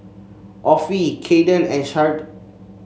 Offie Kayden and Sharde